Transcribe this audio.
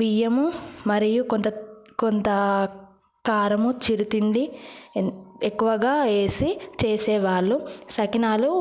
బియ్యము మరియు కొంత కొంతకారము చిరుతిండి ఎక్కువగా వేసి చేసేవాళ్ళు సకినాలు